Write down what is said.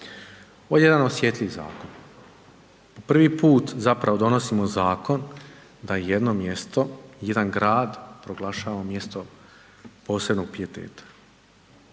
Ovo je jedan osjetljiv zakon. Prvi put zapravo donosimo zakon da jedno mjesto, jedan grad proglašavamo mjestom posebnog pijeteta.